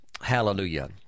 hallelujah